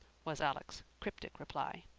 was alec's cryptic reply.